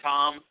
Tom